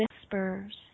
whispers